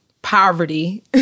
poverty